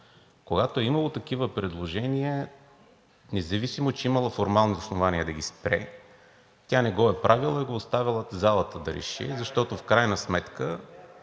когато е имало такива предложения, независимо че е имала формални основания да ги спре, тя не го е правила, а е оставяла залата да реши. Защото в крайна сметка